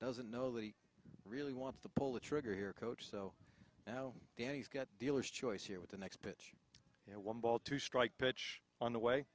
doesn't know that he really wants to pull the trigger here coach so now danny's got dealer's choice here with the next pitch and one ball to strike pitch on the way